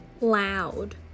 Loud